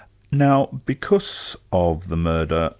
now because of the murder,